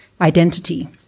identity